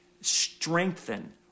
strengthen